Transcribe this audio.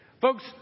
Folks